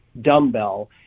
dumbbell